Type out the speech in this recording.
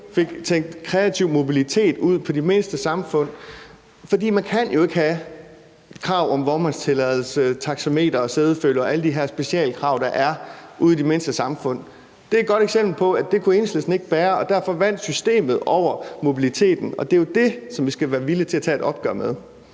fik tænkt kreativ mobilitet ud i de mindste samfund. For man kan jo ikke have krav om vognmandtilladelse, taxameter, sædeføler og alle de her specialkrav, der er, når det er ude i det mindste samfund. Og det var et godt eksempel på, at det kunne Enhedslisten ikke bære. Derfor vandt systemet over mobiliteten, og det er jo det, som vi skal være villige til at tage et opgør med.